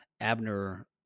Abner